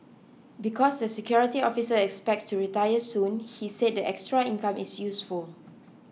because the security officer expects to retire soon he said the extra income is useful